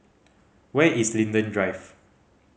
where is Linden Drive